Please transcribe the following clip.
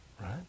right